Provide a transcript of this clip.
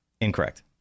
Incorrect